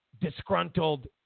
disgruntled